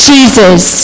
Jesus